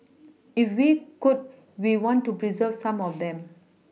if we could we want to pReserve some of them